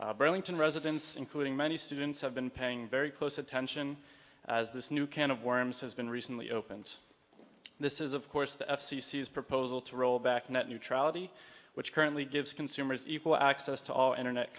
local burlington residents including many students have been paying very close attention as this new can of worms has been recently opened this is of course the f c c is proposal to roll back net neutrality which currently gives consumers equal access to all internet